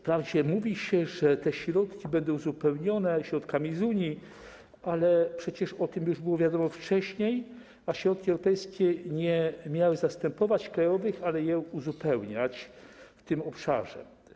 Wprawdzie mówi się, że te środki będą uzupełnione środkami z Unii, ale przecież o tym już było wiadomo wcześniej, a środki europejskie nie miały zastępować krajowych, ale je uzupełniać w tym obszarze.